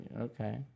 Okay